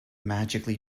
magically